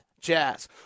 Jazz